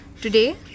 Today